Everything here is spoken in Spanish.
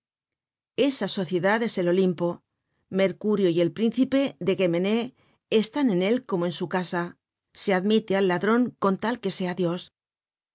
esa sociedad es el olimpo mercurio y el príncipe de guemené están en él como en su casa se admite al ladron con tal que sea dios